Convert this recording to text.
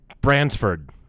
Bransford